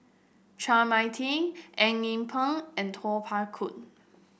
Chua Mia Tee Eng Yee Peng and Kuo Pao Kun